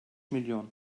milyon